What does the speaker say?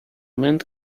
mint